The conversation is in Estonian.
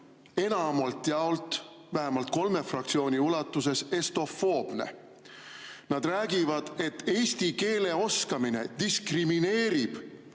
enamalt jaolt, vähemalt kolme fraktsiooni ulatuses estofoobne. Nad räägivad, et eesti keele oskamine diskrimineerib